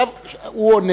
עכשיו הוא עונה.